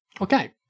Okay